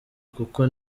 kuko